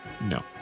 No